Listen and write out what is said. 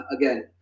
again